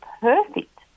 perfect